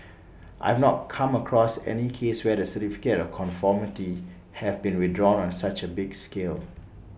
I have not come across any case where the certificate of conformity have been withdrawn on such A big scale